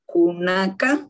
Kunaka